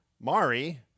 Mari